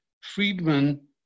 Friedman